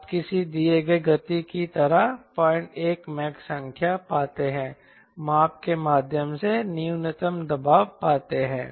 आप किसी दिए गए गति की तरह 01 मैक संख्या पाते हैं माप के माध्यम से न्यूनतम दबाव पाते हैं